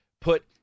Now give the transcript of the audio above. put